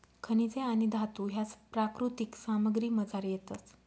खनिजे आणि धातू ह्या प्राकृतिक सामग्रीमझार येतस